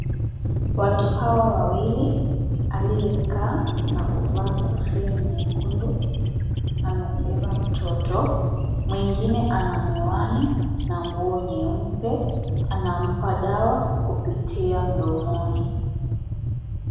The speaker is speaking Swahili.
Watu Hawa wawili, aliyekaa na kuvaa kofia nyekundu amembeba mtoto. Mwengine ana miwani na nguo nyeupe ana mpa dawa kupitia mdomoni.